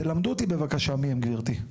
תלמדו אותי בבקשה מי הם גברתי?